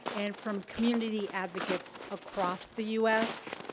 and from community advocates across the u s.